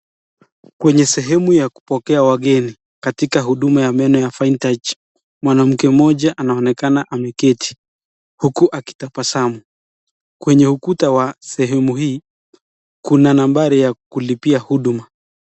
Kwenye sehemu ya kupokea wageni, katika huduma ya meno ya Fine Touch, mwanamke moja anaonekana ameketi huku akitabasamu. Kwenye ukuta wa sehemu hii, kuna nambari ya kulipia huduma.